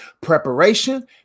Preparation